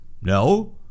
No